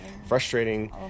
frustrating